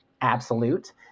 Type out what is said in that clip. absolute